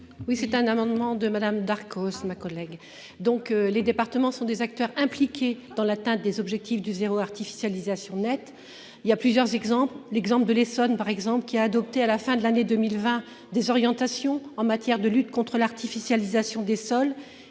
Oui c'est un amendement de Madame Darcos. Ma collègue donc les départements sont des acteurs impliqués dans l'atteinte des Objectifs du zéro artificialisation nette. Il y a plusieurs exemples. L'exemple de l'Essonne par exemple qui a adopté à la fin de l'année 2020 des orientations en matière de lutte contre l'artificialisation des sols